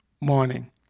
morning